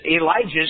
Elijah's